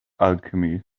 alchemy